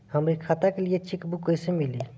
हमरी खाता के लिए चेकबुक कईसे मिली?